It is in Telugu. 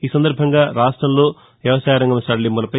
ఈ సందర్భంగా రాష్టంలో వ్యవసాయ రంగం సడలింపులపై